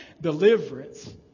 Deliverance